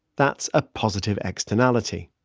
that's a positive externality,